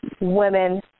Women